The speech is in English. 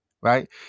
right